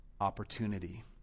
opportunity